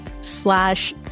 slash